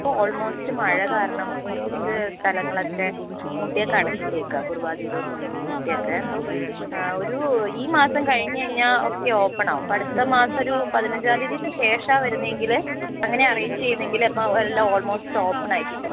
ഇപ്പോൾ ഓൾമോസ്റ്റ് മഴകാരണം കുറച്ച് സ്ഥലങ്ങളൊക്കെ മീൻമുട്ടിയൊക്കെ അടച്ചിട്ടേക്കുവാണ് കുറുവാദ്വീപ് മൊ മീൻമുട്ടിയൊക്കെ അപ്പം ഒരു ഈ മാസം കഴിഞ്ഞുകഴിഞ്ഞാൽ ഒക്കെ ഓപ്പണാവും അപ്പം അടുത്തമാസം ഒരു പതിനഞ്ചാംതീയതിക്ക് ശേഷം വരുന്നതെങ്കിൽ അങ്ങനാണ് അറേഞ്ച് ചെയ്യുന്നതെങ്കിൽ അപ്പം എല്ലാം ഓൾമോസ്റ്റ് ഓപ്പൺ ആയിക്കിട്ടും